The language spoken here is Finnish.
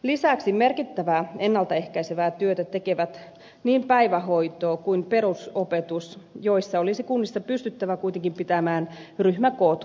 lisäksi merkittävää ennalta ehkäisevää työtä tekevät niin päivähoito kuin perusopetus joissa olisi kunnissa pystyttävä kuitenkin pitämään ryhmäkoot kurissa